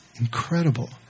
incredible